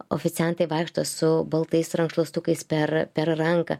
oficijantai vaikšto su baltais rankšluostukais per per ranką